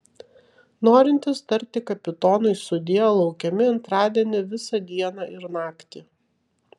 norintys tarti kapitonui sudie laukiami antradienį visą dieną ir naktį